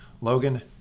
Logan